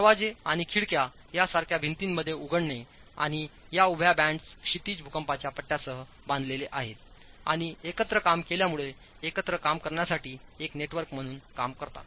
दरवाजे आणि खिडक्या यासारख्या भिंतींमध्ये उघडणे आणि या उभ्या बँड्स क्षैतिज भूकंपाच्या पट्ट्यांसह बांधलेले आहेत आणि एकत्र काम केल्यामुळे एकत्र काम करण्यासाठी एक नेटवर्क म्हणून काम करतात